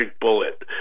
bullet